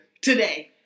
today